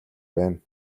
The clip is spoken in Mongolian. байна